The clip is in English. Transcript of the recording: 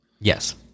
yes